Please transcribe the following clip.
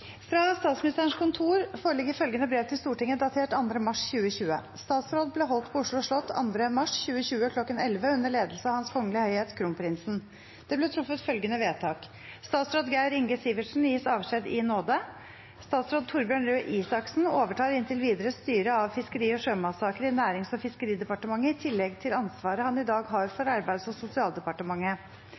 Fra statsministerens kontor foreligger følgende brev til Stortinget, datert 2. mars 2020: «Statsråd ble holdt på Oslo slott 2. mars 2020 kl. 1100 under ledelse av Hans Kongelige Høyhet Kronprinsen. Det ble truffet følgende vedtak: Statsråd Geir Inge Sivertsen gis avskjed i nåde. Statsråd Torbjørn Røe Isaksen overtar inntil videre styret av fiskeri- og sjømatsaker i Nærings- og fiskeridepartementet, i tillegg til ansvaret han i dag har for Arbeids- og sosialdepartementet.